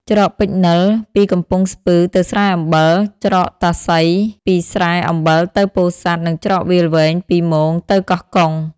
ច្រកពេជ្រនិល ពីកំពង់ស្ពឺទៅស្រែអំបិល ច្រកតាសីពីស្រែ អំបិលទៅពោធិសាត់ និងច្រកវាលវែង ពីរមោងទៅកោះកុង ។